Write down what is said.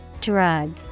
Drug